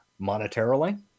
monetarily